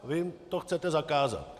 Vy jim to chcete zakázat.